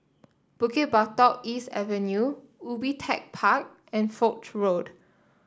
Bukit Batok East Avenue Ubi Tech Park and Foch Road